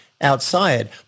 outside